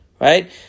Right